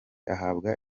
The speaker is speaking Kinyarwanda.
ahabwa